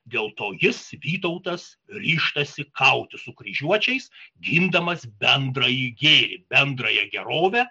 dėl to jis vytautas ryžtasi kautis su kryžiuočiais gindamas bendrąjį gėrį bendrąją gerovę